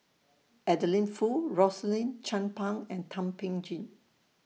Adeline Foo Rosaline Chan Pang and Thum Ping Tjin